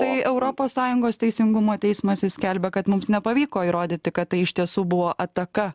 tai europos sąjungos teisingumo teismas skelbia kad mums nepavyko įrodyti kad tai iš tiesų buvo ataka